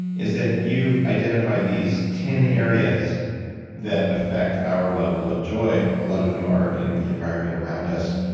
is that you've identified these ten areas that affect our level of joy, a lot of them are in the environment around us.